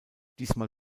diesmal